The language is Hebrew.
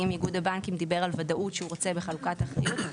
אם איגוד הבנקים דיבר על וודאות שהוא רוצה בחלוקת אחריות,